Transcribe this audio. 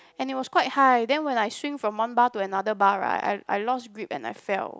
and it was quite high then when I swing from one bar to another bar right I I lost grip and I fell